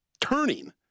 turning